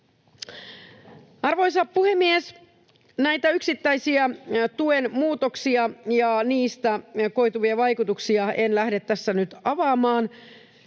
Arvoisa puhemies! Näitä yksittäisiä tuen muutoksia ja niistä koituvia vaikutuksia en lähde tässä nyt avaamaan.